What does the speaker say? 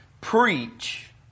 preach